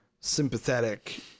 sympathetic